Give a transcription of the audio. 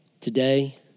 Today